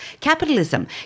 Capitalism